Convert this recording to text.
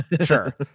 Sure